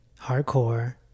hardcore